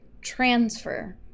transfer